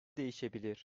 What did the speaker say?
değişebilir